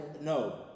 no